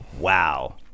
Wow